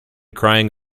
crying